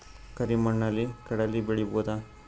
ಕರಿ ಮಣ್ಣಲಿ ಕಡಲಿ ಬೆಳಿ ಬೋದ?